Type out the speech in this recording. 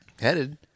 headed